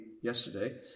yesterday